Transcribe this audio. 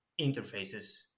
interfaces